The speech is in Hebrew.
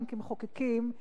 כמחוקקים,